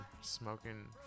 smoking